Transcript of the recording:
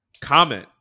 comment